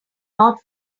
not